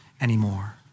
anymore